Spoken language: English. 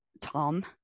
Tom